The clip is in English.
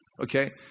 Okay